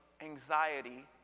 anxiety